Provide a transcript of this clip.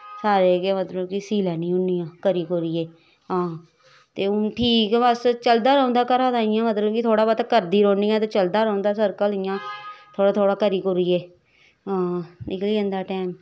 सारे गै मतलव की सीऽ लैन्नी होन्नी आं करी कुरियै हां ते हून ठीक बस चलदा रौंह्दा घरा दा इयां मतलव कि थोह्ड़ा बौह्ता करदी रौह्नी आं ते चलदा रौंह्दा सरकल थोह्ड़ा थोह्ड़ करू कुरियै हां निकली जंदा टैम